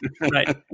Right